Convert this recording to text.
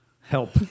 help